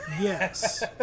Yes